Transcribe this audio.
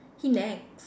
he nags